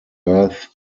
earth